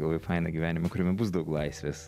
labai fainą gyvenimą kuriame bus daug laisvės